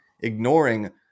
ignoring